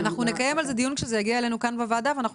אנחנו נקיים על זה דיון כאן בוועדה ואנחנו